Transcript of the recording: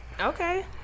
Okay